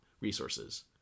resources